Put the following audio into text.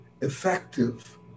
effective